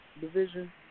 division